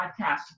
podcast